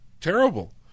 terrible